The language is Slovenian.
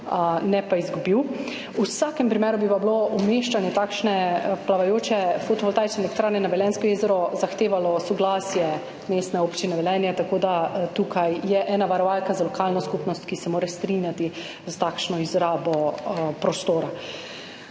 ne pa izgubil. V vsakem primeru bi pa umeščanje takšne plavajoče fotovoltaične elektrarne na Velenjsko jezero zahtevalo soglasje Mestne občine Velenje, tako da tukaj je ena varovalka za lokalno skupnost, ki se mora strinjati s takšno izrabo prostora.